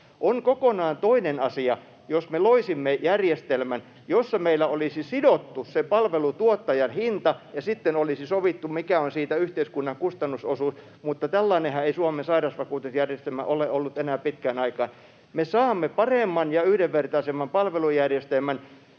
On kokonaan toinen asia, jos me loisimme järjestelmän, jossa meillä olisi sidottu se palvelutuottajan hinta ja sitten olisi sovittu, mikä on siitä yhteiskunnan kustannusosuus, mutta tällainenhan ei Suomen sairausvakuutusjärjestelmä ole ollut enää pitkään aikaan. Me saamme paremman ja yhdenvertaisemmin palvelujärjestelmän